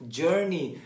journey